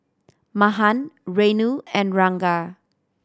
Mahan Renu and Ranga